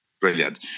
Brilliant